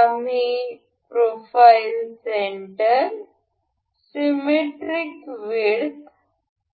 आम्ही profile centre symmetric width